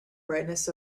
brightness